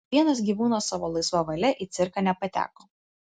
nė vienas gyvūnas savo laisva valia į cirką nepateko